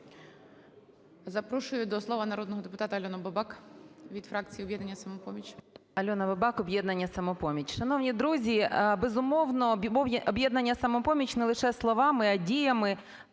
Запрошую до слова народного депутата Альону Бабак від фракції "Об'єднання "Самопоміч".